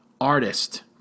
artist